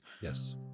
Yes